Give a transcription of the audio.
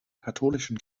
katholischen